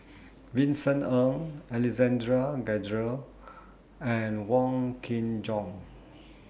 Vincent Ng Alexander Guthrie and Wong Kin Jong